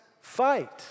fight